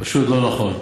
פשוט לא נכון.